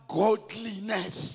godliness